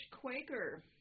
Quaker